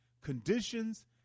conditions